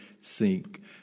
sink